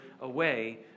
away